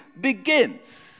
begins